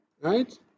right